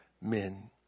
men